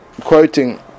quoting